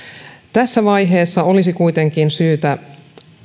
tässä vaiheessa olisi kuitenkin syytä